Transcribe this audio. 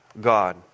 God